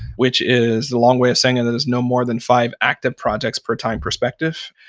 which is, the long way of saying and it is no more than five active projects per time perspective.